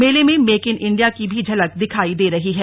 मेले में make in India की भी झलक दिखाई दे रही है